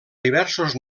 diversos